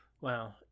Wow